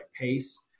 pace